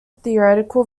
theatrical